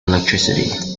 electricity